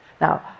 Now